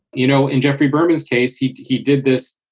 you know, in jeffrey burmans case he he did this.